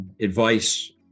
advice